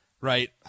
right